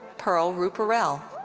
pearl ruparel.